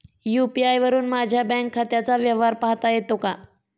UPI वरुन माझ्या bank खात्याचा व्यवहार पाहता येतो का?